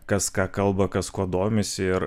kas ką kalba kas kuo domisi ir